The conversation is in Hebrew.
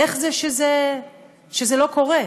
איך זה שזה לא קורה?